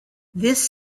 this